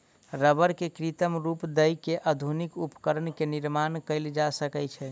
रबड़ के कृत्रिम रूप दय के आधुनिक उपकरण के निर्माण कयल जा सकै छै